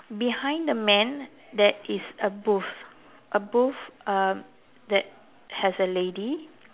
behind the man there is a booth a booth um that has a lady